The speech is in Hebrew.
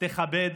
תכבד